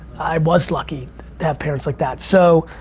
i was lucky to have parents like that. so